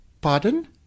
Pardon